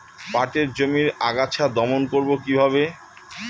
পাটের জমির আগাছা দমন করবো কিভাবে?